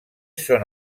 són